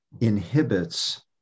inhibits